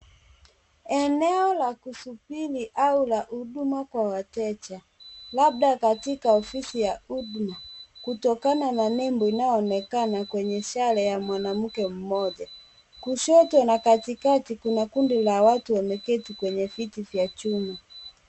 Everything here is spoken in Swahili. Eneo la kusubiri au la huduma kwa wateja labda katika ofisi ya huduma kutokana na nembo inayo onekana kwenye ishara ya mwanamke mmoja. Kushoto na katikati kuna kundi la watu wameketi kwenye viti vya chuma.